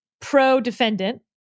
pro-defendant